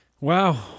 Wow